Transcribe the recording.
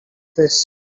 fish